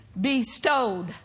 bestowed